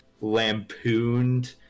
lampooned